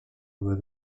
were